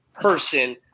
person